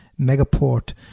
megaport